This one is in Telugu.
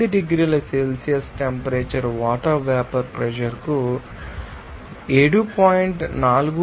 8 డిగ్రీల Celsius temperature water vapour pressure మాకు 7